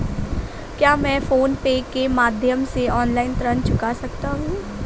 क्या मैं PhonePe के माध्यम से ऑनलाइन ऋण चुका सकता हूँ?